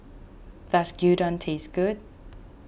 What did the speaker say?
does Gyudon taste good